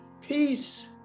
peace